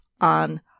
on